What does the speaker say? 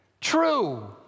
True